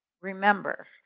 remember